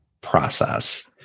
process